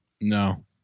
No